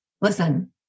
Listen